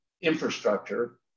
infrastructure